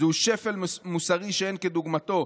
זהו שפל מוסרי שאין כדוגמתו,